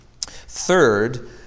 Third